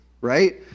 right